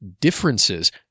differences